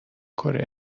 کره